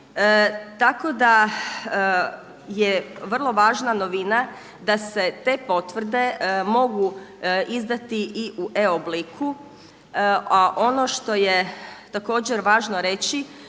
tako da je vrlo važna novina da se te potvrde mogu izdati i u e obliku. A ono što je također važno reći,